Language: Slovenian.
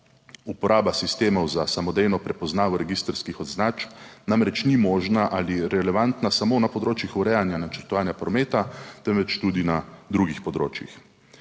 Uporaba sistemov za samodejno prepoznavo registrskih označb namreč ni možna ali relevantna samo na področjih urejanja načrtovanja prometa, temveč tudi na drugih področjih.